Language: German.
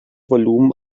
volumen